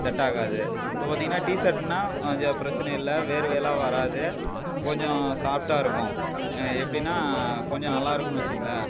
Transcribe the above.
set ஆகாது இப்போ பார்த்தீங்கன்னா டிசர்ட்னால் கொஞ்சம் பிரச்சின இல்லை வேர்வையெல்லாம் வராது கொஞ்சம் சாஃப்ட்டாக இருக்கும் எப்படின்னா கொஞ்சம் நல்லாயிருக்குன்னு வெச்சுங்களேன்